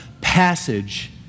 passage